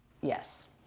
yes